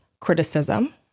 criticism